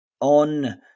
on